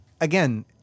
Again